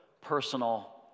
personal